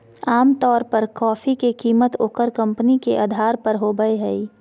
आमतौर पर कॉफी के कीमत ओकर कंपनी के अधार पर होबय हइ